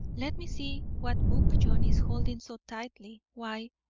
let me see what book john is holding so tightly. why,